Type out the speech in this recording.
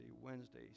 Wednesday